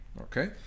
Okay